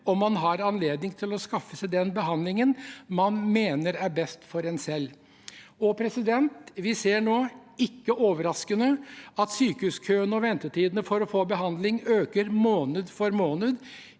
om man har anledning til å skaffe seg den behandlingen man mener er best for en selv. Vi ser nå – ikke overraskende – at sykehuskøene og ventetidene for å få behandling øker måned for måned,